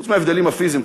חוץ מההבדלים הפיזיים,